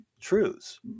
truths